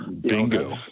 Bingo